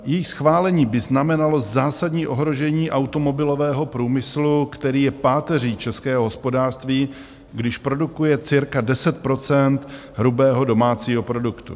Její schválení by znamenalo zásadní ohrožení automobilového průmyslu, který je páteří českého hospodářství, když produkuje cirka 10 % hrubého domácího produktu.